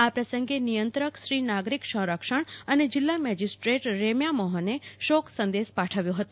આ પ્રસંગે નિયંત્રકશ્રી નાગરિક સંરક્ષણ અને જીલ્લા મેજીસ્ટ્રેટ રેમ્યા મોહને શોક સંદેશ પાઠવ્યો હતો